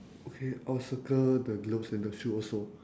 okay I'll circle the gloves and the shoe also